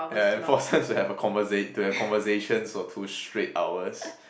ya and force them to have a conversa~ to have conversations for two straight hours